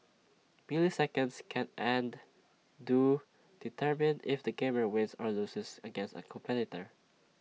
milliseconds can and do determine if the gamer wins or loses against A competitor